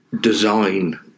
design